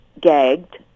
gagged